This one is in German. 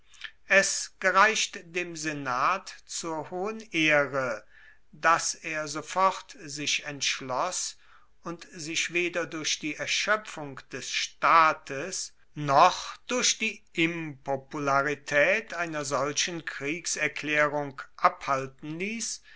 es gereicht dem senat zur hohen ehre dass er sofort sich entschloss und sich weder durch die erschoepfung des staates noch durch die impopularitaet einer solchen kriegserklaerung abhalten liess